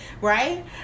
right